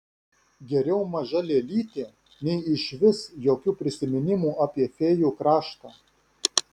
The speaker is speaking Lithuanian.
geriau maža lėlytė nei išvis jokių prisiminimų apie fėjų kraštą